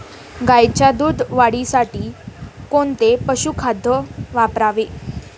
गाईच्या दूध वाढीसाठी कोणते पशुखाद्य वापरावे?